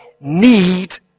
need